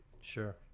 sure